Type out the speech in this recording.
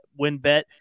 WinBet